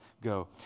go